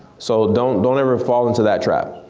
so don't don't ever fall into that trap.